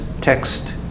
text